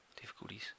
difficulties